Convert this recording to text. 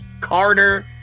Carter